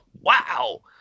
wow